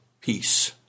peace